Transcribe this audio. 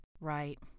Right